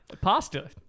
Pasta